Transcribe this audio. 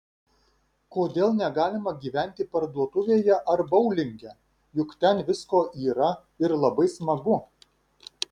kodėl negalima gyventi parduotuvėje ar boulinge juk ten visko yra ir labai smagu